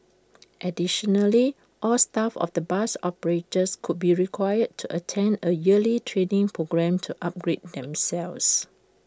additionally all staff of the bus operators would be required to attend A yearly training programme to upgrade themselves